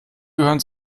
gehören